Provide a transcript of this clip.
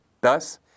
Thus